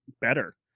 better